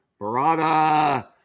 Barada